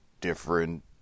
different